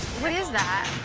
what is that?